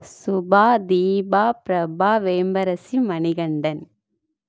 Subha Deepa Prabha Vembarasi Manikandan